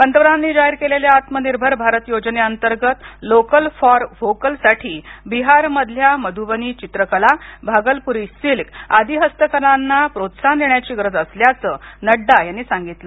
पंतप्रधानांनी जाहीर केलेल्या आत्मनिर्भर भारत योजने अंतर्गत लोकल फॉर व्होकल साठी बिहार मधील मधुबनी चित्रकला भागलपूरी सिल्क आदी हस्तकलांना प्रोत्साहन देण्याची गरज असल्याचं ही नाडडा यांनी सांगितल